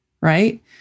right